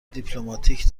دیپلماتیک